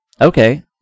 Okay